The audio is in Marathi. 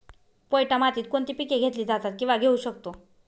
पोयटा मातीत कोणती पिके घेतली जातात, किंवा घेऊ शकतो?